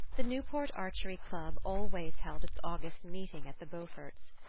the newport archery club always held its august meeting at the beauforts'.